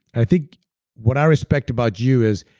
i think what i respect about you is,